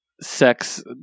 sex